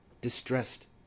distressed